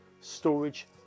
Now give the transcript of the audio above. storage